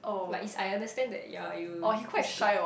like is I understand that you're you is good